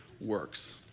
works